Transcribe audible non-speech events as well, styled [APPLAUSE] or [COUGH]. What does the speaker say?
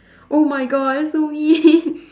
oh my god that's so mean [LAUGHS]